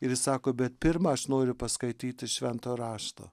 ir ji sako bet pirma aš noriu paskaityti švento rašto